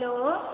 hello